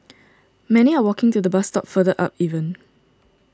many are walking to the bus stop further up even